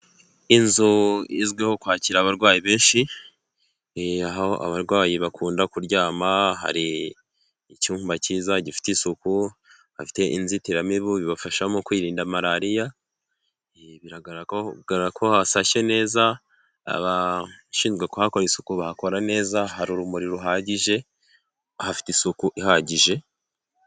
Inzu izwiho kwakira abarwayi benshi aho abarwayi bakunda kuryama hari icyumba cyiza gifite isuku, bafite inzitiramibu bibafashamo kwirinda malariya bigaragara ko hasashe neza, abashinzwe kuhakora isuku bahakora neza hari urumuri ruhagije hafite isuku ihagije.